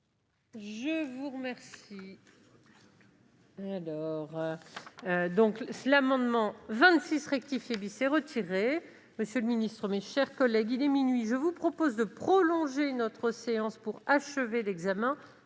la présidente. L'amendement n° 26 rectifié est retiré. Monsieur le secrétaire d'État, mes chers collègues, il est minuit. Je vous propose de prolonger notre séance pour achever l'examen